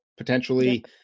potentially